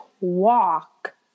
walk